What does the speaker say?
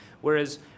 Whereas